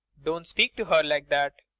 don't speak to her like that.